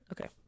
okay